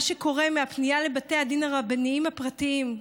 מה שקורה מהפנייה לבתי הדין הרבניים הפרטיים,